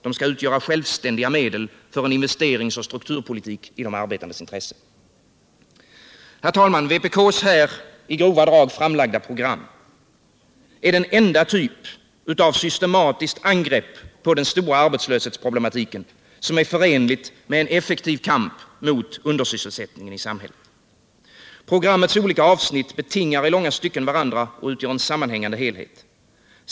De skall utgöra självständiga medel för en investeringsoch strukturpolitik i de arbetandes intresse. Vpk:s här i grova drag framlagda program är den enda typ av systematiskt angrepp på den stora arbetslöshetsproblematiken som är förenlig med effektiv kamp mot undersysselsättningen i samhället. Programmets olika avsnitt betingar i långa stycken varandra och utgör en sammanhängande helhet.